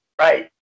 Right